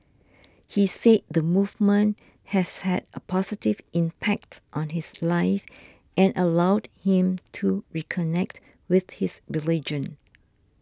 he said the movement has had a positive impact on his life and allowed him to reconnect with his religion